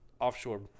offshore